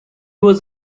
was